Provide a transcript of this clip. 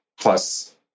plus